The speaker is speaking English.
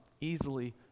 easily